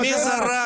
מי זרק?